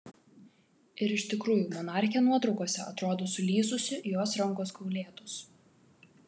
ir iš tikrųjų monarchė nuotraukose atrodo sulysusi jos rankos kaulėtos